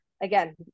again